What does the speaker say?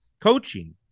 coaching